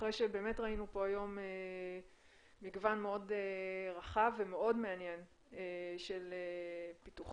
אחרי שראינו פה היום מגוון מאוד רחב ומאוד מעניין של פיתוחים,